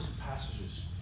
passages